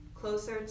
closer